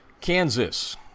Kansas